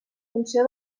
funció